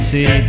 See